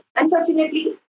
unfortunately